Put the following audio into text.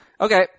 okay